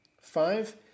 Five